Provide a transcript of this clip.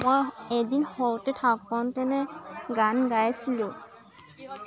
মই এদিন সৰুতে থাকো তেনে গান গাইছিলোঁ